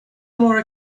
more